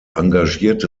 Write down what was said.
engagierte